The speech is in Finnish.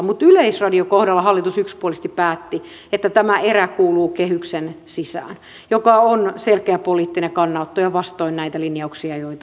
mutta yleisradion kohdalla hallitus yksipuolisesti päätti että tämä erä kuuluu kehyksen sisään mikä on selkeä poliittinen kannanotto ja vastoin näitä linjauksia joita on tehty